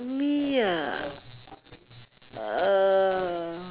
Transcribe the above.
me ah err